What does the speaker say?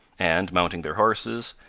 and, mounting their horses,